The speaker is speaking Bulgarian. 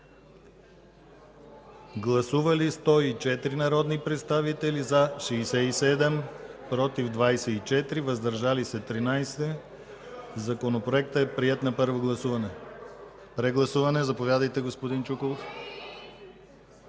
Гласували 104 народни представители: за 67, против 24, въздържали се 13. Законопроектът е приет на първо гласуване. Заповядайте за прегласуване, господин Чуколов.